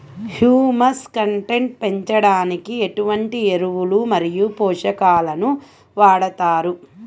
Humus content పెంచడానికి ఎటువంటి ఎరువులు మరియు పోషకాలను వాడతారు?